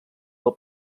del